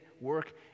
work